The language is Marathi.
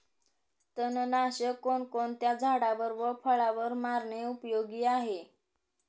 तणनाशक कोणकोणत्या झाडावर व फळावर मारणे उपयोगी आहे?